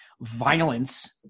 violence